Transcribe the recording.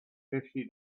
fifty